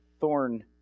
thorn